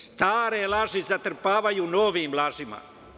Stare laži zatrpavaju novim lažima.